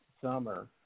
summer